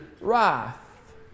wrath